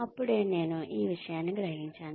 అప్పుడే నేను ఈ విషయాన్ని గ్రహించాను